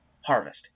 harvest